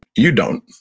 you don't.